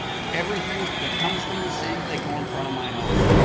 everything that comes from the city, they go in front of my house.